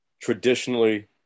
Traditionally